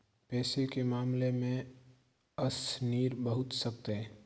पैसे के मामले में अशनीर बहुत सख्त है